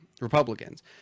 Republicans